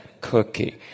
cookie